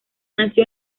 nació